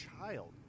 child